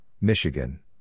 Michigan